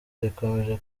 rikomeje